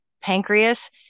pancreas